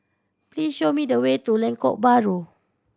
please show me the way to Lengkok Bahru